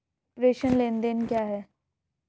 प्रेषण लेनदेन क्या है?